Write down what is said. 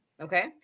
Okay